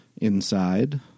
inside